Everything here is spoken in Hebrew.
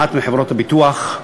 מעט מחברות הביטוח.